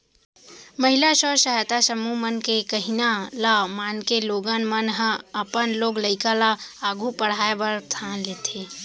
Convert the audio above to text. महिला स्व सहायता समूह मन के कहिना ल मानके लोगन मन ह अपन लोग लइका ल आघू पढ़ाय बर ठान लेथें